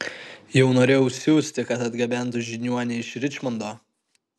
jau norėjau siųsti kad atgabentų žiniuonę iš ričmondo